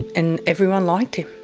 and everyone liked him.